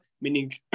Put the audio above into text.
meaning